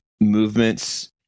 movements